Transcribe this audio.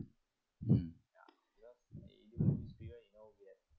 mm